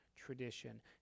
Tradition